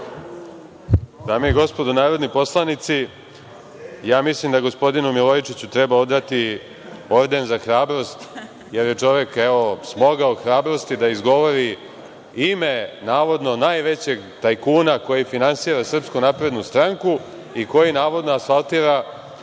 Dame i gospodo narodni poslanici, ja mislim da gospodinu Milojčiću treba odati orden za hrabrost, jer je čovek smogao hrabrosti da izgovori ime, navodno najvećeg tajkuna koji finansira SNS i koji navodno asfaltira